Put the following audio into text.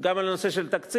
גם על הנושא של התקציב,